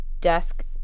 desk